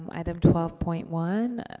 item twelve point one,